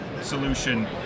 solution